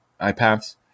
iPads